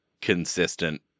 consistent